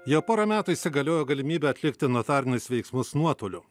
jau porą metų įsigaliojo galimybė atlikti notarinius veiksmus nuotoliu